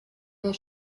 der